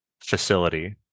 facility